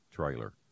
trailer